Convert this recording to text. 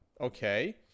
Okay